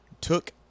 took